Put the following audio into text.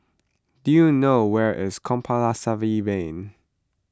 do you know where is Compassvale Lane